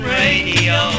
radio